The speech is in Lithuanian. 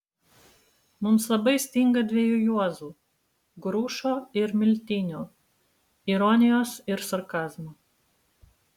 mums labai stinga dviejų juozų grušo ir miltinio ironijos ir sarkazmo